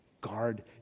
Guard